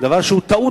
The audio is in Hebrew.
דבר שהוא טעות,